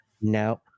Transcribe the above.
No